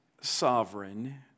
sovereign